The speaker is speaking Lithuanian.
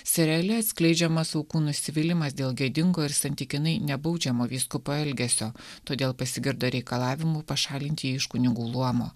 seriale atskleidžiamas aukų nusivylimas dėl gėdingo ir santykinai nebaudžiamo vyskupo elgesio todėl pasigirdo reikalavimų pašalinti jį iš kunigų luomo